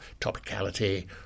topicality